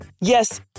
Yes